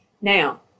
Now